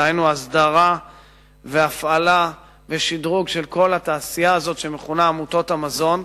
דהיינו הסדרה והפעלה ושדרוג של כל התעשייה הזאת שמכונה "עמותות המזון".